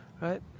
right